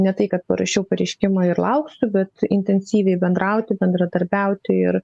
ne tai kad parašiau pareiškimą ir lauksiu bet intensyviai bendrauti bendradarbiauti ir